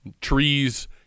Trees